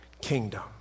kingdom